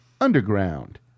underground